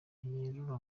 ntiyerura